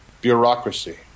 Bureaucracy